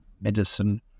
medicine